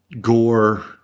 gore